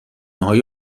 های